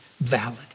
valid